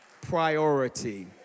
priority